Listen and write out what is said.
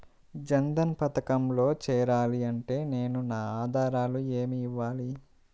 జన్ధన్ పథకంలో చేరాలి అంటే నేను నా ఆధారాలు ఏమి ఇవ్వాలి?